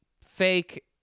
fake